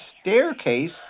staircase